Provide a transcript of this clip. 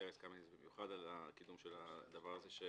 ארז קמיניץ במיוחד על הקידום של הדבר הזה.